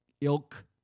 ilk